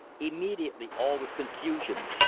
immediately all was confusion.